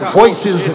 voices